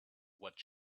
what